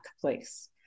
place